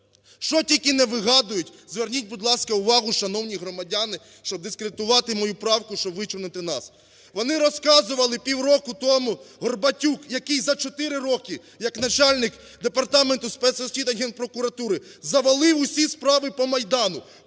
що тільки не вигадують – зверніть, будь ласка, увагу, шановні громадяни! – щоб дискредитувати мою правку, щоб вичорнити. Вони розказували півроку тому, Горбатюк, який за 4 роки як начальник департаментуспецрозслідувань Генпрокуратури завалив всі справи по Майдану,